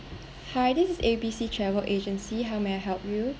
hi this is A_B_C travel agency how may I help you